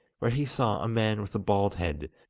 where he saw a man with a bald head,